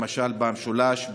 למשל במשולש,